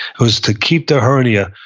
it was to keep the hernia,